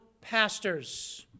pastors